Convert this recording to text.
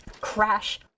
crash